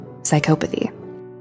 psychopathy